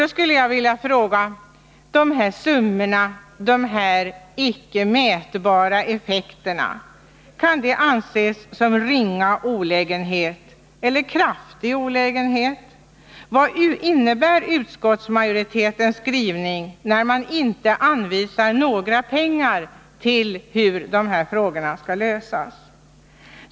Då skulle jag vilja fråga: De här summorna och de här icke mätbara effekterna, kan de anses vara en ringa olägenhet eller en kraftig olägenhet? Vad innebär utskottsmajoritetens skrivning, när man inte anvisar några pengar för hur de här frågorna skall lösas?